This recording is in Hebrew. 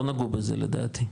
לא נגעו בזה לדעתי.